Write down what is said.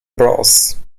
bros